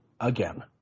again